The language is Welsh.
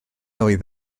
oedd